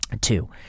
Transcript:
Two